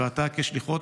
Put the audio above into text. ואתה כשליחו,